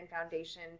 Foundation